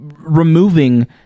removing